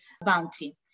bounty